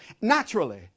naturally